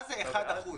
מה זה אחד אחוז?